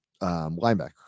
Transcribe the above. linebacker